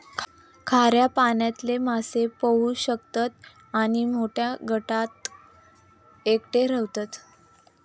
खाऱ्या पाण्यातले मासे पोहू शकतत आणि मोठ्या गटात एकटे रव्हतत